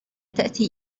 تأتي